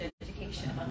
education